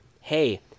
hey